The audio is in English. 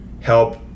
help